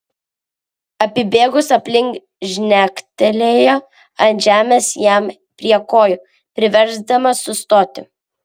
apibėgusi aplink žnektelėjo ant žemės jam prie kojų priversdama sustoti